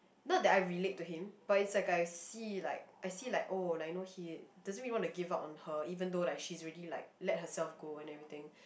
not that I relate to him but I like see like I see like oh like you know he doesn't really want to give up on her even though like she's already like let herself go and everything